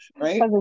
Right